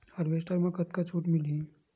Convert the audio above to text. Harvester म कतका छूट मिलही?